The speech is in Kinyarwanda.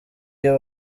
iyo